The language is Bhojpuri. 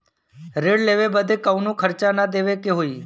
ऋण लेवे बदे कउनो खर्चा ना न देवे के होई?